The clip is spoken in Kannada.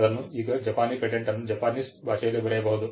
ಅದನ್ನು ಈಗ ಜಪಾನಿನ ಪೇಟೆಂಟ್ ಅನ್ನು ಜಪಾನೀಸ್ ಭಾಷೆಯಲ್ಲಿ ಬರೆಯಬಹುದು